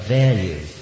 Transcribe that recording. value